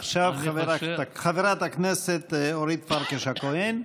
עכשיו חברת הכנסת אורית פרקש הכהן.